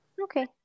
Okay